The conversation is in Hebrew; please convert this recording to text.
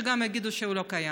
שיגידו שהוא לא קיים.